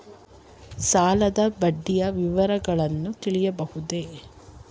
ಸಾಲದ ಬಡ್ಡಿಯ ವಿವರಗಳನ್ನು ತಿಳಿಯಬಹುದೇ?